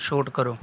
ਛੋਟ ਕਰੋ